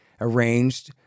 arranged